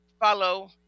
follow